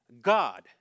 God